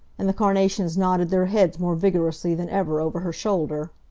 and the carnations nodded their heads more vigorously than ever over her shoulder.